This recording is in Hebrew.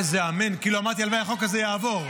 איזה אמן, כאילו אמרתי הלוואי שהחוק הזה יעבור.